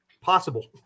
possible